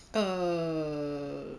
err